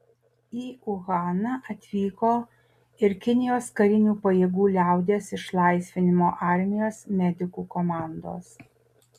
į uhaną atvyko ir kinijos karinių pajėgų liaudies išlaisvinimo armijos medikų komandos